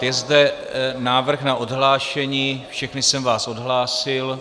Je zde návrh na odhlášení, všechny jsem vás odhlásil.